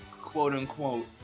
quote-unquote